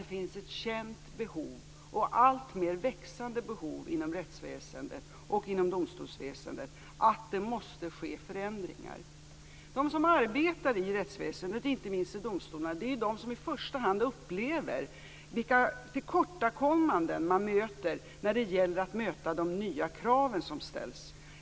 Det finns nämligen ett känt och alltmer växande behov av förändringar inom rättsväsendet och domstolsväsendet. De som arbetar i rättsväsendet, inte minst i domstolarna, är de som i första hand upplever tillkortakommanden när det gäller att möta de nya krav som ställs.